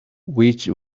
which